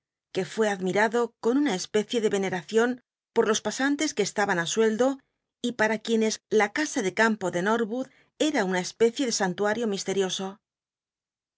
que fué admirado con una especie de ycne acion por los pasantes que estaban á sueldo y para quienes la casa de campo de nol wood era una especie de santuario